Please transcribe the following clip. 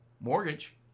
mortgage